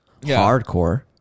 hardcore